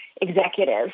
executive